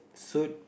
suit